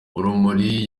urumuri